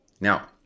Now